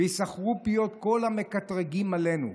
וייסכרו פיות כל המקטרגים עלינו,